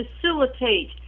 facilitate